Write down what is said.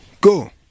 go